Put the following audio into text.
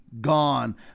gone